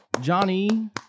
Johnny